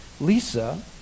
Lisa